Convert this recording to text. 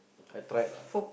I tried lah